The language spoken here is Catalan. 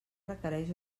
requereix